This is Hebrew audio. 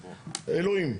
אלוהים.